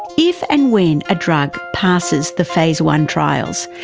if and when a drug passes the phase one trials,